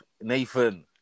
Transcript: Nathan